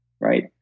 right